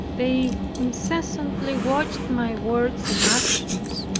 they incessantly watched my words and actions,